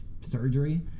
surgery